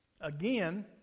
again